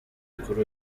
kuri